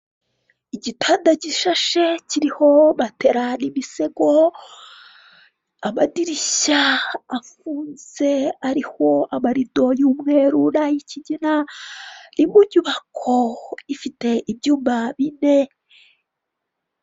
Abamotari bahagaze imbere y'inyubako, umwe ari gushyirirwaho kuri moto imizigo, ari gufashwa n'umuntu wambaye imyenda y'ubururu n'umugore umuri inyuma wambaye igitenge nabandi bagore babiri bari inyuma